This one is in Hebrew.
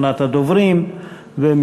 עפר שלח,